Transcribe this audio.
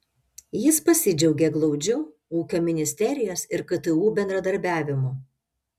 jis pasidžiaugė glaudžiu ūkio ministerijos ir ktu bendradarbiavimu